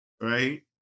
Right